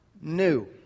new